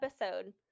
episode